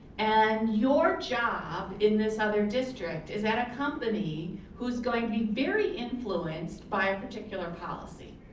and your job in this other district is at a company who's going to be very influenced by a particular policy,